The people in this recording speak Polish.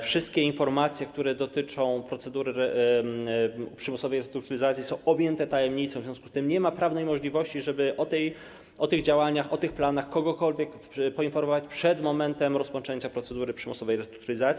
Wszystkie informacje, które dotyczą procedury przymusowej restrukturyzacji, są objęte tajemnicą, w związku z tym nie ma prawnej możliwości, żeby o tych działaniach, planach kogokolwiek poinformować przed momentem rozpoczęcia procedury przymusowej restrukturyzacji.